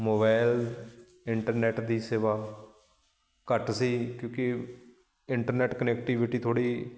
mobile internet ਦੀ ਸੇਵਾ ਘੱਟ ਸੀ ਕਿਉਂਕਿ ਇੰਟਰਨੈੱਟ ਕਨੈਕਟੀਵਿਟੀ ਥੋੜ੍ਹੀ